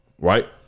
right